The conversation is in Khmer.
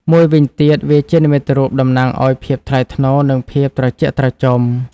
មួយវិញទៀត វាជានិមិត្តរូបតំណាងឱ្យភាពថ្លៃថ្នូរ និងភាពត្រជាក់ត្រជុំ។